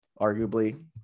Arguably